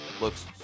looks